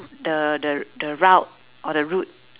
the the the route or the route